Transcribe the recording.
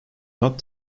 not